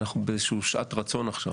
ואחנו באיזו שהיא שעת רצון עכשיו.